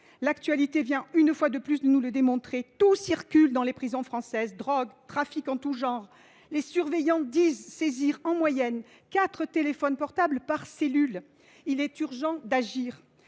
L’actualité vient une fois de plus de nous le démontrer, tout circule dans les prisons françaises : drogues, trafics en tout genre. Les surveillants disent saisir en moyenne quatre téléphones portables par cellule. Il est urgent d’agir